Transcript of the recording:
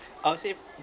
I would say